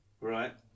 right